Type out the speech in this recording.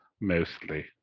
mostly